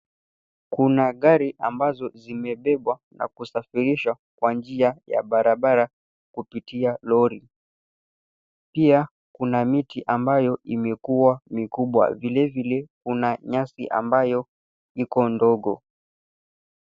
Kuna gari ambazo zimebebwa na kusafirishwa kwa njia ya barabara kupitia lori. Pia kuna miti ambayo imekua mikubwa. Vile vile kuna nyasi ambayo iko ndogo.